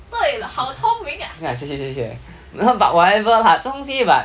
ya 谢谢谢谢 whatever lah 这种东西 but